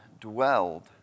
dwelled